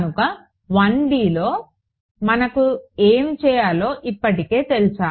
కనుక 1D లో మనకు ఏమి చేయాలో ఇప్పటికే తెలుసా